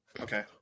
Okay